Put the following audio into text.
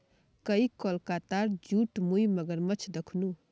कईल कोलकातार जूत मुई मगरमच्छ दखनू